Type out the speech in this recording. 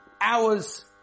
hours